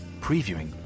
previewing